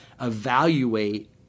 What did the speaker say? evaluate